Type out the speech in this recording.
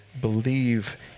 believe